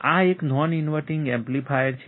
આ એક non inverting amplifier છે